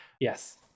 Yes